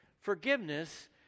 Forgiveness